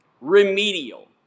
remedial